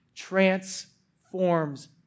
transforms